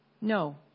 No